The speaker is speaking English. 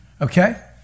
Okay